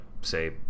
say